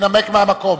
אורלב.